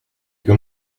que